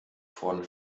von